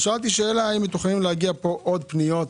שאלתי האם מתוכננות להגיע עוד פניות